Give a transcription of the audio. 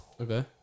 Okay